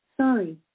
Sorry